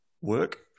work